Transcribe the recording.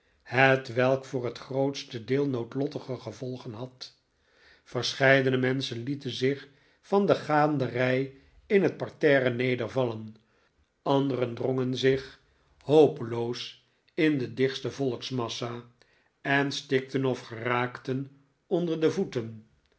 hetwelk voor het grootste deel noodlottige gevolgen had verscheidene menschen lieten zich van de gaanderij in het parterre nedervallen anderen drongen zich hopeloos in de dichtste volksmassa en stikten of geraakten onder de voeten